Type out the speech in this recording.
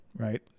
Right